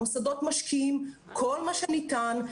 המוסדות משקיעים כל מה שניתן,